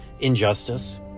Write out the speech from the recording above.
injustice